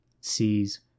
sees